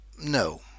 no